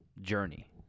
journey